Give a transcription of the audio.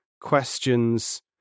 questions